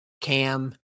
Cam